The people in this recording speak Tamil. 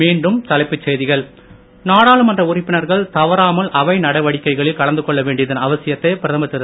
மீண்டும் தலைப்புச் செய்திகள் நாடாளுமன்ற உறுப்பினர்கள் தவறாமல் அவை நடவடிக்கைகளில் கலந்து கொள்ள வேண்டியதன் அவசியத்தை பிரதமர் திரு